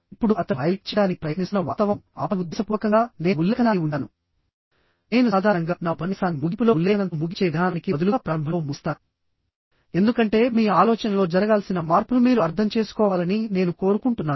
ఇప్పుడు అతను హైలైట్ చేయడానికి ప్రయత్నిస్తున్న వాస్తవం ఆపై ఉద్దేశపూర్వకంగా నేను ఉల్లేఖనాన్ని ఉంచాను నేను సాధారణంగా నా ఉపన్యాసాన్ని ముగింపులో ఉల్లేఖనంతో ముగించే విధానానికి బదులుగా ప్రారంభంలో ముగిస్తాను ఎందుకంటే మీ ఆలోచనలో జరగాల్సిన మార్పును మీరు అర్థం చేసుకోవాలని నేను కోరుకుంటున్నాను